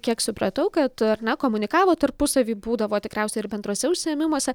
kiek supratau kad ar ne komunikavo tarpusavy būdavo tikriausiai ir bendruose užsiėmimuose